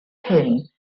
hyn